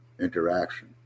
interaction